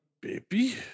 baby